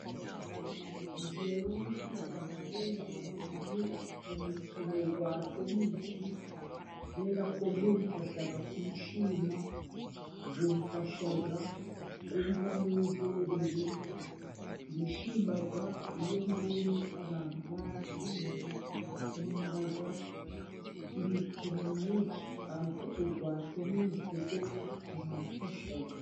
Njewe nkunda kureba umupira, umukino wa tenisi, kubera ko umfasha kwishima, umfasha kumva nezerewe, nishima iyo mbonye abantu batsinze, nkunda imikino myinshi, ariko uwa tenisi umfasha.